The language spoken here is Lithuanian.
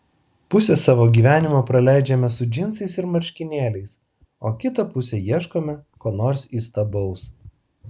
pusę savo gyvenimo praleidžiame su džinsais ir marškinėliais o kitą pusę ieškome ko nors įstabaus